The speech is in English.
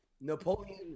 Napoleon